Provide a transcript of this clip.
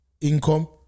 income